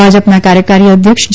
ભાજપના કાર્યકારી અધ્યક્ષ જે